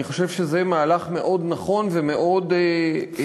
אני חושב שזה מהלך מאוד נכון ומאוד, הפתעה.